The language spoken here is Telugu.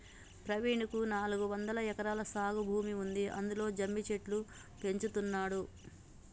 ప్రవీణ్ కు నాలుగొందలు ఎకరాల సాగు భూమి ఉంది అందులో జమ్మి చెట్లు పెంచుతున్నాడు